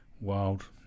Wild